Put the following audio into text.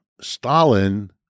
Stalin